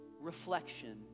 reflection